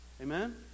Amen